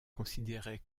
considérait